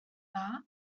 dda